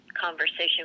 conversation